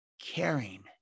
caring